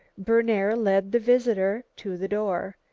berner led the visitor to the door.